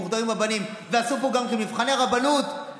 מוכתרים כרבנים ועשו פה גם כן מבחני רבנות,